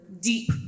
deep